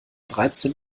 dreizehn